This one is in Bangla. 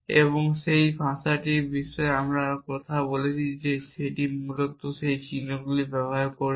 এবং যে ভাষাটির বিষয়ে আমরা কথা বলছি সেটি মূলত সেই চিহ্নগুলি ব্যবহার করবে